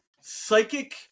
Psychic